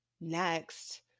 next